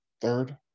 third